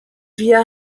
via